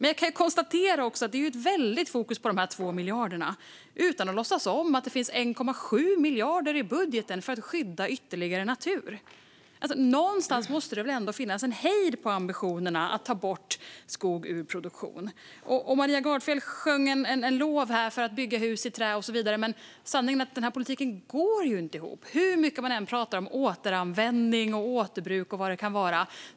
Jag kan också konstatera att det är ett väldigt fokus på de här 2 miljarderna, men man låtsas inte om att det finns 1,7 miljarder i budgeten för att skydda ytterligare natur. Men någonstans måste det väl ändå finnas en hejd på ambitionerna att ta bort skog ur produktion? Maria Gardfjell talade sig varm för att bygga hus och så vidare. Men sanningen är att den här politiken inte går ihop hur mycket man än pratar om återanvändning, återbruk och vad det nu kan vara.